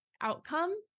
outcome